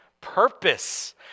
purpose